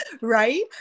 Right